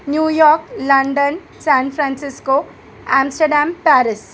New York London San Francisco Amsterdam Paris